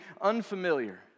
unfamiliar